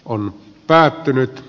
on päättynyt